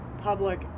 public